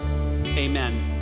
amen